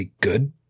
good